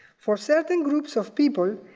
for certain groups of people,